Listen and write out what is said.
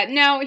no